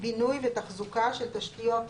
בינוי ותחזוקה של תשתיות תחבורה,